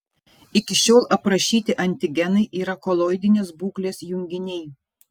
iki šiol aprašyti antigenai yra koloidinės būklės junginiai